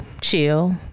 chill